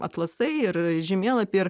atlasai ir žemėlapiai ir